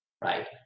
Right